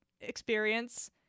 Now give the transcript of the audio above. experience